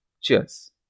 Cheers